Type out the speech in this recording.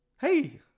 Hey